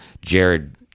jared